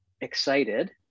excited